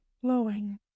Flowing